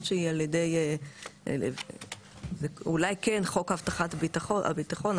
החקיקה, אולי כן חוק הבטחת הביטחון.